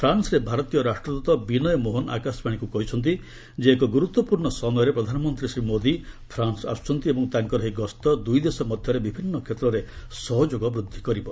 ଫ୍ରାନ୍ସରେ ଭାରତୀୟ ରାଷ୍ଟ୍ରଦୂତ ବିନୟ ମୋହନ ଆକାଶବାଣୀକୁ କହିଛନ୍ତି ଯେ ଏକ ଗୁରୁତ୍ୱପୂର୍ଣ୍ଣ ସମୟରେ ପ୍ରଧାନମନ୍ତ୍ରୀ ଶ୍ରୀ ମୋଦୀ ଫ୍ରାନ୍ସ ଆସୁଛନ୍ତି ଏବଂ ତାଙ୍କର ଏହି ଗସ୍ତ ଦୁଇଦେଶ ମଧ୍ୟରେ ବିଭିନ୍ନ କ୍ଷେତ୍ରରେ ସହଯୋଗ ବୃଦ୍ଧି କରିବ